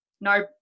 no